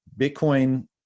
bitcoin